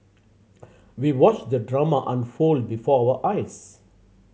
we watched the drama unfold before our eyes